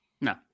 No